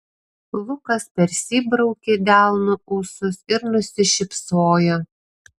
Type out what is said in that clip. lukas persibraukė delnu ūsus ir nusišypsojo